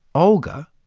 olga,